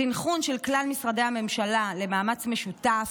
סנכרון של כלל משרדי הממשלה למאמץ משותף,